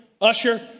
usher